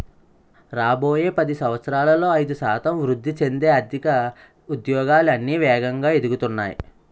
రాబోయే పది సంవత్సరాలలో ఐదు శాతం వృద్ధి చెందే ఆర్థిక ఉద్యోగాలు అన్నీ వేగంగా ఎదుగుతున్నాయి